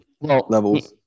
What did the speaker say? levels